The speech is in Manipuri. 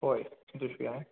ꯍꯣꯏ ꯑꯗꯨꯁꯨ ꯌꯥꯏ